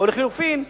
או לחלופין,